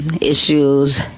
issues